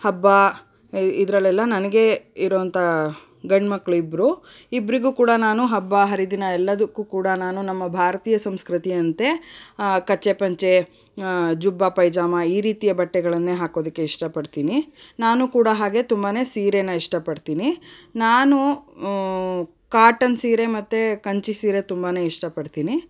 ಹಬ್ಬ ಇದರಲ್ಲೆಲ್ಲ ನನಗೆ ಇರುವಂಥ ಗಂಡು ಮಕ್ಕಳಿಬ್ರು ಇಬ್ಬರಿಗೂ ಕೂಡ ನಾನು ಹಬ್ಬ ಹರಿದಿನ ಎಲ್ಲದಕ್ಕೂ ಕೂಡ ನಾನು ನಮ್ಮ ಭಾರತೀಯ ಸಂಸ್ಕೃತಿಯಂತೆ ಕಚ್ಚೆ ಪಂಚೆ ಜುಬ್ಬಾ ಪೈಜಾಮ ಈ ರೀತಿಯ ಬಟ್ಟೆಗಳನ್ನೇ ಹಾಕೋದಕ್ಕೆ ಇಷ್ಟಪಡ್ತೀನಿ ನಾನು ಕೂಡ ಹಾಗೆ ತುಂಬಾ ಸೀರೆನ ಇಷ್ಟಪಡ್ತೀನಿ ನಾನು ಕಾಟನ್ ಸೀರೆ ಮತ್ತು ಕಂಚಿ ಸೀರೆ ತುಂಬಾ ಇಷ್ಟಪಡ್ತೀನಿ